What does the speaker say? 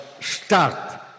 start